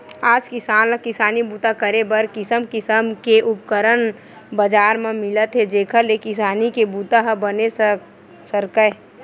आज किसान ल किसानी बूता करे बर किसम किसम के उपकरन बजार म मिलत हे जेखर ले किसानी के बूता ह बने सरकय